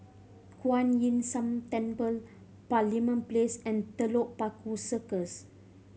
Kuan Yin San Temple Parliament Place and Telok Paku Circus